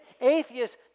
atheists